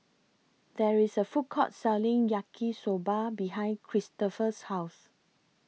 There IS A Food Court Selling Yaki Soba behind Cristofer's House